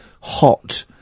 hot